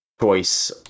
Choice